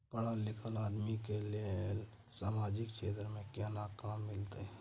पढल लीखल आदमी के लेल सामाजिक क्षेत्र में केना काम मिलते?